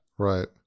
Right